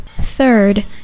Third